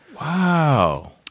Wow